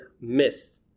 myth